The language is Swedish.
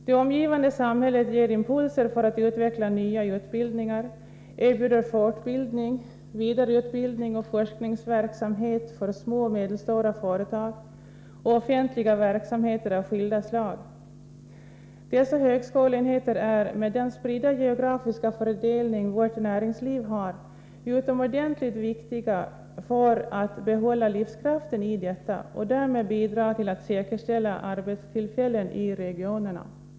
Det omgivande samhället ger impulser för att utveckla nya utbildningar, erbjuda fortbildning, vidareutbildning och forskningsverksamhet för små och medelstora företag samt offentliga verksamheter av skilda slag. Dessa högskoleenheter är, med den spridda geografiska fördelning vårt näringsliv har, utomordentligt viktiga för att detta skall behålla livskraften och bidrar därmed till att säkerställa arbetstillfällen i regionerna.